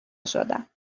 شدم